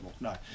no